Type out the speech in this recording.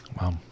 wow